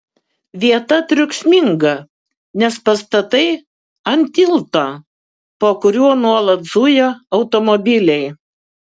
vieta triukšminga nes pastatai ant tilto po kuriuo nuolat zuja automobiliai